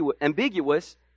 ambiguous